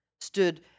stood